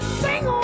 sing